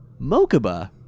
Mokuba